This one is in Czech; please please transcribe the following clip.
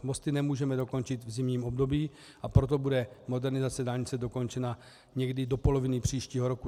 Mosty nemůžeme dokončit v zimním období, a proto bude modernizace dálnice dokončena někdy do poloviny příštího roku.